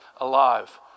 alive